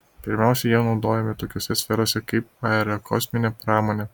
pirmiausia jie naudojami tokiose sferose kaip aerokosminė pramonė